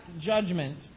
judgment